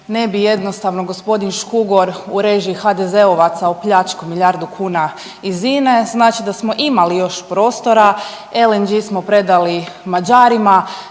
ne bi jednostavno g. Škugor u režiji HDZ-ovaca opljačkao milijardu kuna iz INA-e, znači da smo imali još prostora. LNG smo predali Mađarima,